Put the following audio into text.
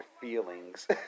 feelings